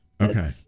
okay